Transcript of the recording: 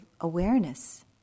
awareness